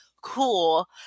cool